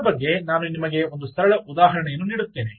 ಇದರ ಬಗ್ಗೆ ನಾನು ನಿಮಗೆ ಒಂದು ಸರಳ ಉದಾಹರಣೆಯನ್ನು ನೀಡುತ್ತೇನೆ